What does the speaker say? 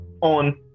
on